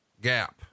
gap